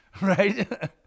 Right